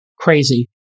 crazy